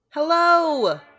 Hello